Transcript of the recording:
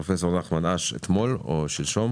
פרופ' נחמן אש, אתמול או שלשום